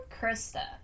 Krista